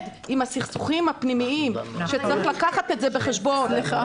עם הסכסוכים הפנימיים ואת זה צריך לקחת בחשבון.